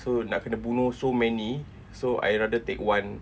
so nak kena bunuh so many so I rather take one